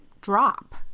drop